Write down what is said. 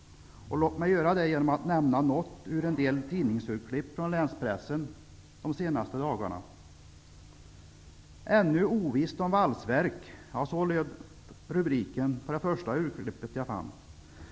Låt mig göra det genom att nämna något från en del tidningsurklipp från länspressen de senaste dagarna. ''Ännu ovisst om valsverk'' lyder rubriken på det första av de urklipp som jag gjort.